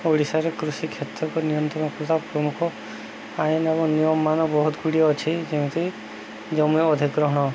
ଓଡ଼ିଶାରେ କୃଷି କ୍ଷେତ୍ରକୁ ନିୟନ୍ତ୍ରଣ ତଥା ପ୍ରମୁଖ ଆଇନ ଏବଂ ନିୟମମାନ ବହୁତ ଗୁଡ଼ିଏ ଅଛି ଯେମିତି ଜମି ଅଧିଗ୍ରହଣ